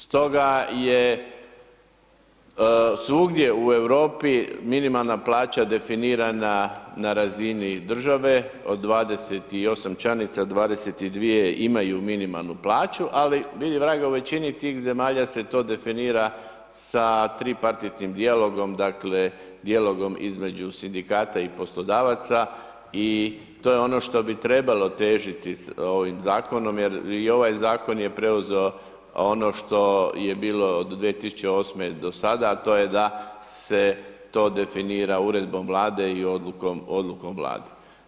Stoga je svugdje u Europi minimalna plaća definirana na razini države od 28 članica, 22 imaju minimalnu plaću, ali vidi vraga u većini tih zemalja se to definira sa tripartitnim dijalogom dakle, dijalogom između sindikata i poslodavaca i to je ono što bi trebalo težiti ovim zakonom jer i ovaj zakon je preuzeo ono što je bilo od 2008. do sada, a to je da se to definira uredbom Vlade i odlukom Vlade.